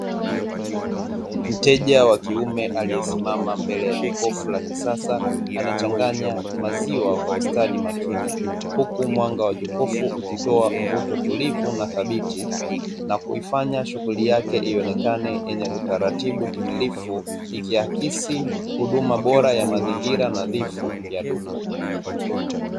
Mteja wa kiume aliyesimama mbele ya jokofu la kisasa anachanganya maziwa kwa ustadi makini, huku mwanga wa jokofu ukitoa mvuto tulivu na dhabiti, na kuifanya shughuli yake ionekane yenye utaratibu timirifu ikiaksi huduma bora ya mazingira nadhifu ya duka.